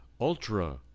ultra